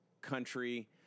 country